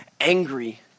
angry